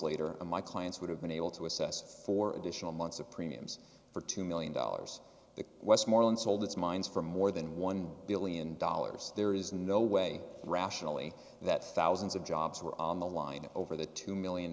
later my clients would have been able to assess four additional months of premiums for two million dollars the westmorland sold its mines for more than one billion dollars there is no way rationally that thousands of jobs are on the line over the two million